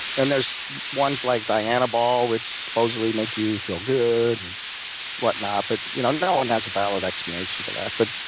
and there's ones like dianabol, which supposedly make you feel good and whatnot. but you know no one has a valid explanation for that. but